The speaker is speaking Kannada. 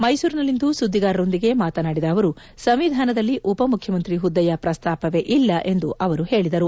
ಮೈಸೂರಿನಲ್ಲಿಂದು ಸುದ್ದಿಗಾರರೊಂದಿಗೆ ಮಾತನಾಡಿದ ಅವರು ಸಂವಿಧಾನದಲ್ಲಿ ಉಪಮುಖ್ಯಮಂತ್ರಿ ಹುದ್ದೆಯ ಪ್ರಸ್ತಾಪವೇ ಇಲ್ಲ ಎಂದು ಅವರು ಹೇಳದರು